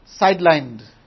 sidelined